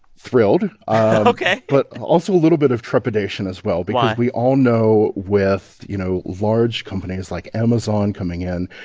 thrilled ok. but also a little bit of trepidation as well. why. because we all know with, you know, large companies like amazon coming in,